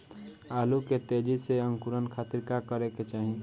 आलू के तेजी से अंकूरण खातीर का करे के चाही?